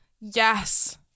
Yes